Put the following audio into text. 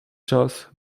czas